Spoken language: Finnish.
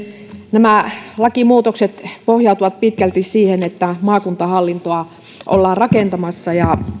nämä lakimuutokset pohjautuvat pitkälti siihen että maakuntahallintoa ollaan rakentamassa ja